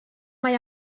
mae